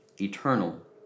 eternal